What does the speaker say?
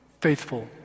faithful